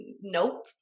nope